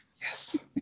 yes